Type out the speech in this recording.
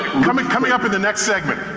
coming coming up in the next segment.